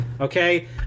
Okay